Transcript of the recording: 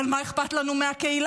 אבל מה אכפת לנו מהקהילה?